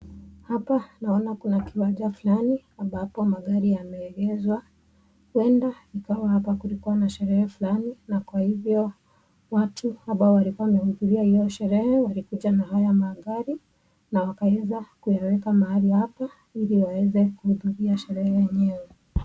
Hapa naona kuna kiwanja fulani ambapo magari yameegezwa huenda ikawa hapa kulikuwa na sherehe fulani na kwa hivyo watu ambao walikuwa wamehudhuria hiyo sherehe walikuja na haya magari na wakaweza kuyaweka mahali hapa ili waweze kuhudhuria sherehe hiyo.